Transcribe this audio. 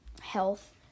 health